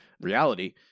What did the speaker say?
reality